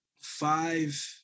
five